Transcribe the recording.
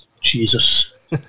Jesus